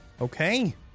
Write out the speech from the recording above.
Okay